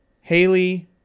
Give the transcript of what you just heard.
Haley